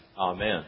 amen